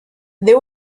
they